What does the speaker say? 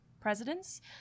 presidents